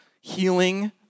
healing